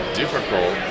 difficult